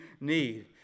need